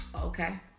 Okay